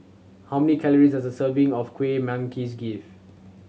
how many calories does a serving of Kueh Manggis give